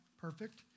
Perfect